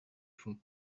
fond